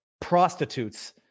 prostitutes